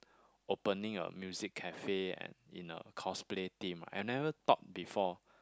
opening a music cafe and in a cosplay theme I never thought before